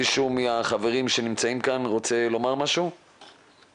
האם מישהו מהחברים רוצה לומר משהו ולהתייחס?